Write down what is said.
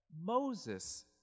Moses